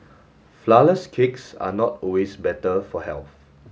flourless cakes are not always better for health